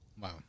Wow